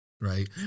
right